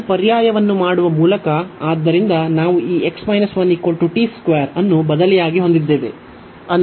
ಈ ಪರ್ಯಾಯವನ್ನು ಮಾಡುವ ಮೂಲಕ ಆದ್ದರಿಂದ ನಾವು ಈ ಅನ್ನು ಬದಲಿಯಾಗಿ ಹೊಂದಿದ್ದೇವೆ